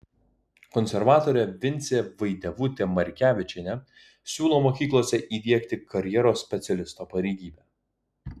konservatorė vincė vaidevutė markevičienė siūlo mokyklose įdiegti karjeros specialisto pareigybę